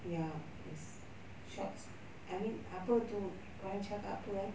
ya it's short s~ I mean apa itu orang cakap apa eh